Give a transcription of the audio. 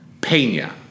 Pena